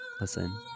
Listen